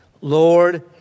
Lord